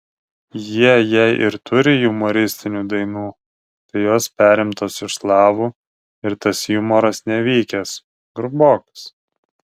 jie jei ir turi jumoristinių dainų tai jos perimtos iš slavų ir tas jumoras nevykęs grubokas